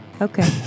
Okay